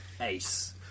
Ace